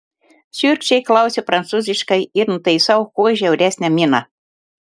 šiurkščiai klausiu prancūziškai ir nutaisau kuo žiauresnę miną